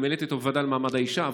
וגם העליתי אותם בוועדה למעמד האישה,